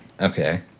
okay